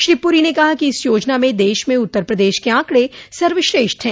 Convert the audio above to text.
श्री पुरी ने कहा कि इस योजना में देश में उत्तर प्रदेश के आंकड़े सर्वश्रेष्ठ हैं